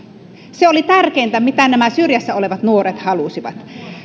se oli tärkeintä mitä nämä syrjässä olevat nuoret halusivat